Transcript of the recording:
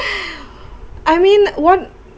I mean what